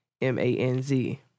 M-A-N-Z